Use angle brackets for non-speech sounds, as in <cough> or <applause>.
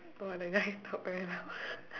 !wah! that guy talk very loud <laughs>